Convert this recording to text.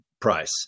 price